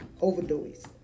Overdose